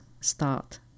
start